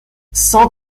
cent